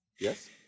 Yes